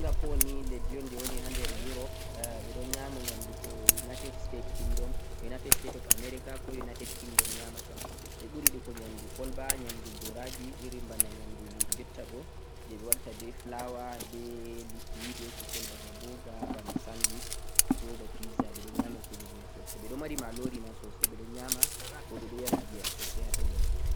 leddi Singapore ni leddi un de ɗo woni ha nder Europe, a ɓe ɗo nyamdu hesitation, United States of America, ko United Kingdom nyamata ɓe ɓuri yiɗugo kolba nyamdu go'raji, irin bana nyamdu himɓe jotta ɗo, je ɓe watta be flour, be liɗɗi, be kusel bana burger, bana sandwich ɗo ba pizza ɓeɗo nyama kujeji mai sosai, ɓe ɗo mari malori ma sosai, ɓeɗo nyama bo ɓe ɗo yara giya bo sosai ha pelle mai.